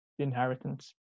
Inheritance